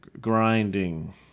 grinding